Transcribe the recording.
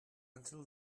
until